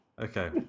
Okay